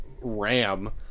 RAM